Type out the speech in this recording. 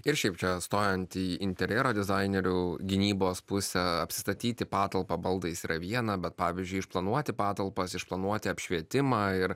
ir šiaip čia stojant į interjero dizainerių gynybos pusę apsistatyti patalpą baldais yra viena bet pavyzdžiui išplanuoti patalpas išplanuoti apšvietimą ir